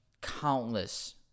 countless